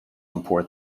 import